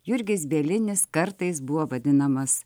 jurgis bielinis kartais buvo vadinamas